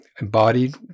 embodied